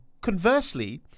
Conversely